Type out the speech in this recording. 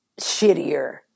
shittier